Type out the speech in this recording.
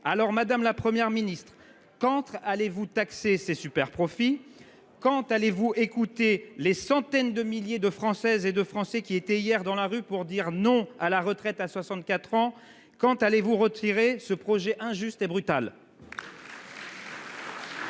Alors, madame la Première ministre, quand allez-vous taxer ces superprofits ? Quand allez-vous écouter les centaines de milliers de Françaises et de Français qui étaient hier dans la rue pour dire non à la retraite à 64 ans ? Quand allez-vous retirer ce projet injuste et brutal ?